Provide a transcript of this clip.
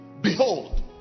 Behold